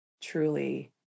truly